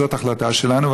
זאת החלטה שלנו.